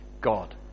God